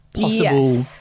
possible